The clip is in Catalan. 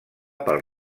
pel